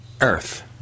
Earth